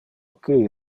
qui